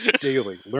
daily